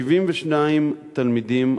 72 תלמידים,